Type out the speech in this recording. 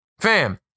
Fam